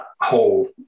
whole